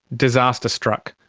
disaster struck.